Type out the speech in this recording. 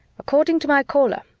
according to my caller,